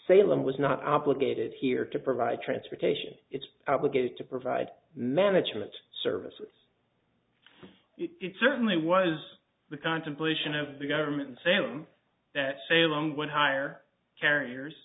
salem was not obligated here to provide transportation it's obligated to provide management services it certainly was the contemplation of the government same that failing would hire carriers